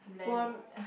put on